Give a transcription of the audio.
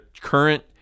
current